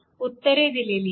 उत्तरे दिलेली आहेत